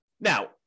Now